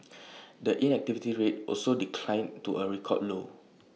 the inactivity rate also declined to A record low